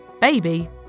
Baby